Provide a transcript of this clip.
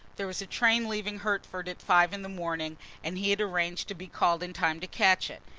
there was a train leaving hertford at five in the morning and he had arranged to be called in time to catch it.